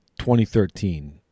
2013